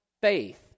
faith